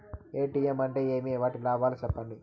ATM అంటే ఏమి? వాటి లాభాలు సెప్పండి?